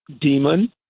demon